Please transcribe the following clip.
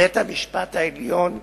בית-המשפט העליון עמד,